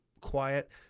quiet